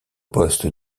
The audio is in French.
poste